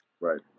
Right